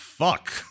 Fuck